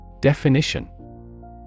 Definition